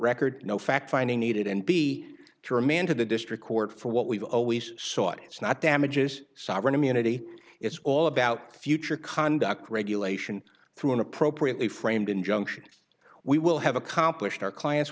record no fact finding needed and b to remand to the district court for what we've always sought is not damages sovereign immunity it's all about the future conduct regulation through an appropriately framed injunction we will have accomplished our clients